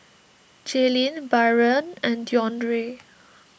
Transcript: Jailyn Byron and Deondre